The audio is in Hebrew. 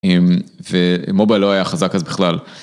אמ... ומוביל לא היה חזק אז בכלל.